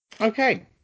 Okay